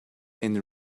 and